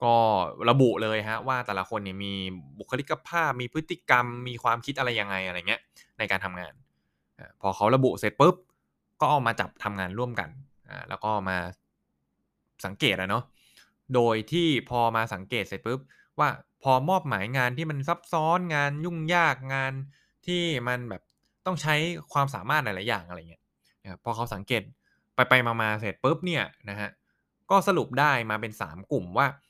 ก็ระบุเลยฮะ ว่าแต่ละคนเนี่ยมีบุคลิกภาพ มีพฤติกรรม มีความคิดอะไรยังไงอะไรเงี้ยในการทำงานอ่ะ พอเขาระบุเสร็จปุ๊บก็เอามาจับทำงานร่วมกันอ่ะ แล้วก็เอามาสังเกตอ่ะเนาะ โดยที่พอมาสังเกตเสร็จปุ๊บ ว่าพอมอบหมายงานที่มันซับซ้อน งานยุ่งยาก งานที่มันแบบต้องใช้ความสามารถหลายๆอย่างอะไรเงี้ยนะครับ พอเขาสังเกตไปๆมาๆเสร็จปุ๊บเนี่ยนะฮะ ก็สรุปได้มาเป็นสามกลุ่มว่า